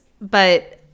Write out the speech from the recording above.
but-